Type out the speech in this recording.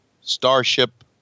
starship